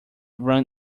run